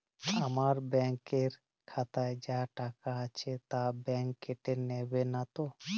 আমার ব্যাঙ্ক এর খাতায় যা টাকা আছে তা বাংক কেটে নেবে নাতো?